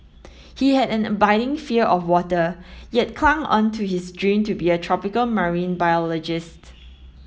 he had an abiding fear of water yet clung on to his dream to be a tropical marine biologist